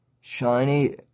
shiny